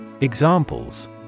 Examples